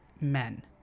men